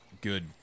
good